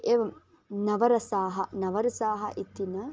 एवं नव रसाः नव रसाः इति न